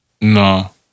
No